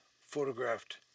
photographed